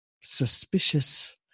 suspicious